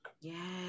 yes